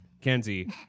Kenzie